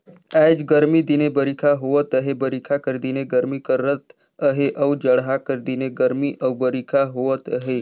आएज गरमी दिने बरिखा होवत अहे बरिखा कर दिने गरमी करत अहे अउ जड़हा कर दिने गरमी अउ बरिखा होवत अहे